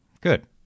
Good